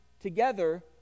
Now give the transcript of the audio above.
together